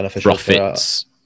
profits